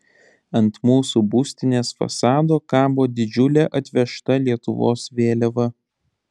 ant mūsų būstinės fasado kabo didžiulė atvežta lietuvos vėliava